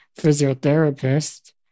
physiotherapist